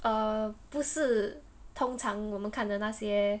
err 不是通常我们看的那些